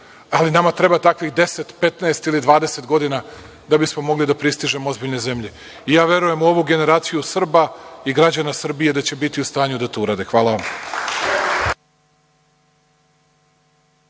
ali nama treba takvih 10, 15, ili 20 godina da bismo mogli da pristižemo ozbiljne zemlje. Verujem u ovu generaciju Srba i građana Srbije da će biti u stanju da to urade. Hvala